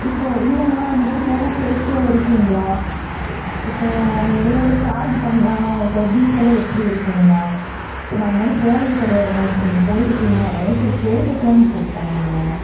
இப்போ இல்லைண்ணா இந்தமாதிரி போனால் சேஃப்டியாக இருக்குங்களா இப்போ அவங்க எவ்ளோலாம் சார்ஜ் பண்ணுறாங்க அவங்க சர்வீஸ் எல்லாம் எப்படி இருக்குங்கண்ணா இப்போ நான் இந்தமாதிரி போனது கிடையாதுங்க இப்போ நீங்கள் போய்ருக்கீங்க அதனால தான் சரி கேட்டுக்கலான்னு கூப்பிட்டேண்ணா நான்